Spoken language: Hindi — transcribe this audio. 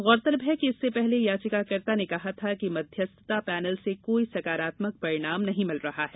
गौरतलब है कि इससे पहले याचिकाकर्ता ने कहा था कि मध्यस्थता पैनल से कोई सकारात्मक परिणाम नहीं मिल रहा है